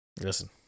Listen